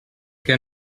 què